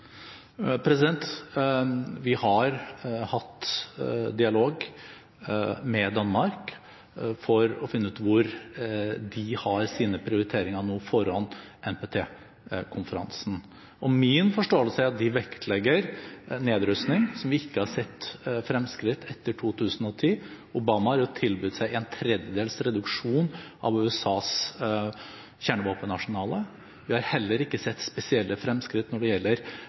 Vi har nå – foran NPT-konferansen – hatt dialog med Danmark for å finne ut hvor de har sine prioriteringer. Min forståelse er at de vektlegger nedrustning, et område der vi ikke har sett fremskritt etter 2010. Obama har tilbudt en tredjedels reduksjon av USAs kjernevåpenarsenal. Vi har heller ikke sett spesielle fremskritt når det gjelder